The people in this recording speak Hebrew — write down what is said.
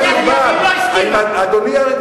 פנינו לממשלת שבדיה והיא לא הסכימה.